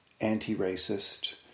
anti-racist